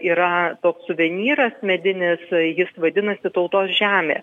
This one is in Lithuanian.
yra toks suvenyras medinis jis vadinasi tautos žemė